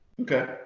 Okay